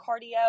cardio